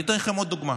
אני אתן לכם עוד דוגמה,